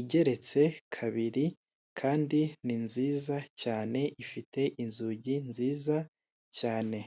igeretse kabiri kandi ni nziza cyane ifite inzugi nziza cyane.